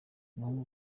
umuhungu